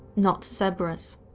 not zebras.